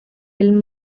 film